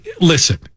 listen